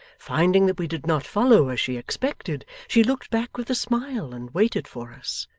finding that we did not follow as she expected, she looked back with a smile and waited for us.